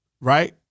right